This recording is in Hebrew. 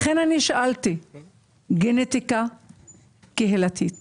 גנטיקה קהילתית